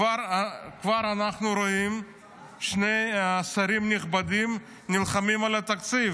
כבר אנחנו רואים שני שרים נכבדים נלחמים על התקציב,